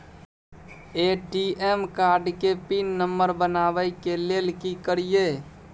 ATM card के PIN number बनाबै के लेल की करिए?